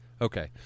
Okay